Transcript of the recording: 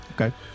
Okay